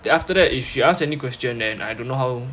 then after that if she asks any question then I don't know how